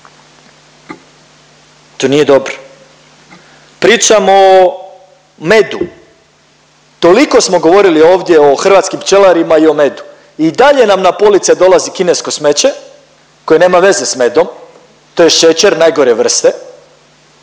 To nije dobro. Pričamo o medu. Toliko smo govorili ovdje o hrvatski pčelarima i o medu i dalje nam na police dolazi kinesko smeće koje nema veze s medom, to je šećer najgore vrste